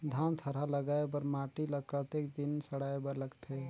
धान थरहा लगाय बर माटी ल कतेक दिन सड़ाय बर लगथे?